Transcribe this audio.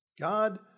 God